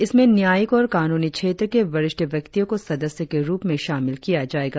इसमें न्यायिक और कानूनी क्षेत्र के वरिष्ठ व्यक्तियों को सदस्य के रुप में शामिल किया जाएगा